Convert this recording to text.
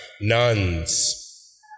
nuns